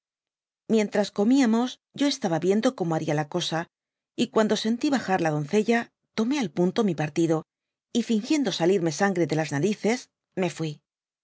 mientras comiamos yo estaba viendo como baria la cosa y cuando senti bajar la d mcella tomé al punto mi partido y fulgiendo salirme sangre de las narices me fui